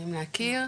נעים להכיר,